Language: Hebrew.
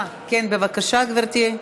כן, בבקשה, גברתי.